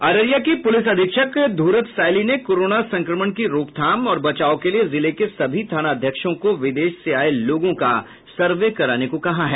अररिया की पुलिस अधीक्षक धूरत सायली ने कोरोना संक्रमण की रोकथाम और बचाव के लिए जिले के सभी थानाध्यक्षों को विदेश से आये लोगों का सर्वे कराने को कहा है